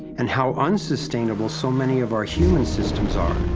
and how unsustainable so many of our human systems are,